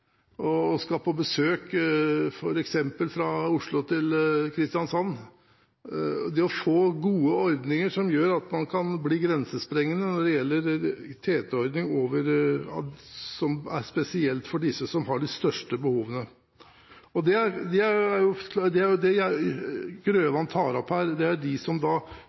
og skal på besøk f.eks. fra Oslo til Kristiansand – det å få gode ordninger som gjør at man kan bli grensesprengende når det gjelder TT-ordning som er spesielt for dem som har de største behovene. Det er det representanten Grøvan tar opp her: de som uansett universell utforming av ulike grunner allikevel ikke kan bruke den offentlige transporten. Det er en gruppe som